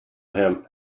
him